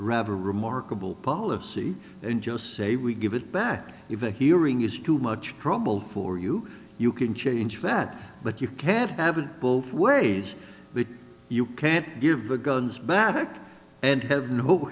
rather remarkable policy and just say we give it back if the hearing is too much trouble for you you can change that but you can't have it both ways but you can't give the guns back and